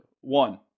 one